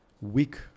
week